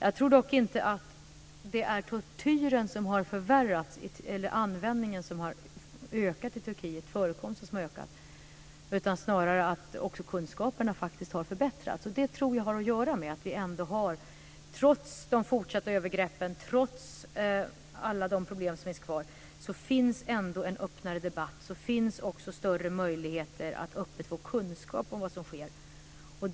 Jag tror dock inte att förekomsten av tortyr har förvärrats eller ökat i Turkiet, utan att det snarare är fråga om att kunskaperna har förbättrats. Det tror jag beror på - trots de fortsatta övergreppen, trots alla de problem som finns kvar - en öppnare debatt och större möjligheter att öppet få kunskap om vad som sker.